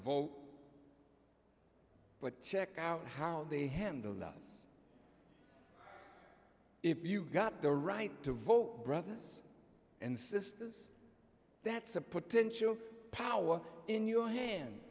vote but check out how they handled us if you got the right to vote brothers and sisters that's a potential power in your hand